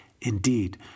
Indeed